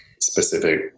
specific